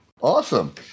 awesome